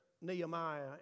Nehemiah